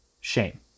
shame